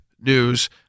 news